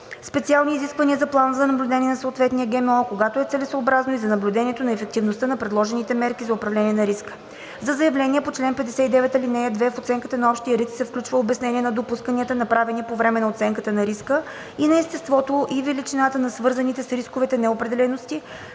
специални изисквания за плана за наблюдение на съответния ГМО, а когато е целесъобразно, и за наблюдението на ефективността на предложените мерки за управление на риска. За заявления по чл. 59, ал. 2 в оценката на общия риск се включва обяснение на допусканията, направени по време на оценката на риска, и на естеството и величината на свързаните с рисковете неопределености,